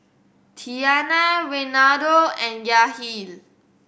Tiana Reinaldo and Yahir